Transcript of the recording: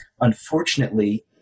unfortunately